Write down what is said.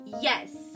yes